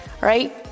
right